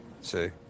See